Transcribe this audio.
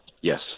Yes